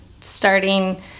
Starting